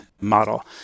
model